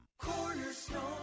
Cornerstone